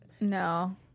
No